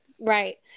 right